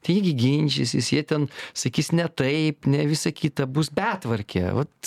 tai jie gi ginčysis jie ten sakys ne taip ne visa kita bus betvarkė vat